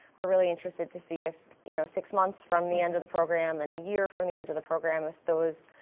we're really interested to see if you know six months from the end of the program, and a year from the end of the program if those,